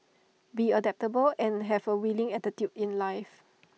be adaptable and have A willing attitude in life